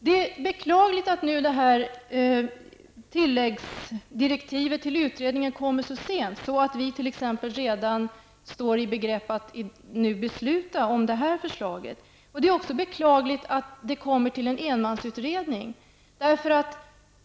Det är beklagligt att det här tilläggsdirektivet till utredningen kommer så sent att vi t.ex. redan står i begrepp att besluta med anledning av det nu aktuella förslaget. Det är också beklagligt att man tillsatt en enmansutredning, eftersom